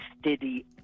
steady